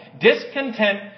Discontent